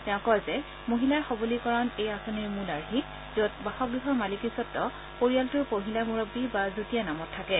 তেওঁ কয় যে মহিলাৰ সবলীকৰণ এই আঁচনিৰ মূল আৰ্হি য'ত বাসগৃহৰ মালিকীস্বত্ব পৰিয়ালটোৰ মহিলা মুৰববী বা যুটীয়া নামত থাকে